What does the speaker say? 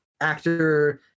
actor